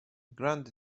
grand